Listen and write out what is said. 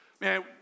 Man